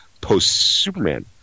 post-Superman